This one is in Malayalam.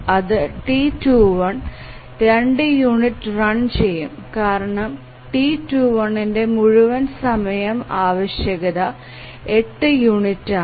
അത് T21 2യൂണിറ്റ് റൺ ചെയ്യും കാരണം T21ന്ടെ മുഴുവൻ സമയ ആവശ്യകത 8യൂണിറ്റ് ആണ്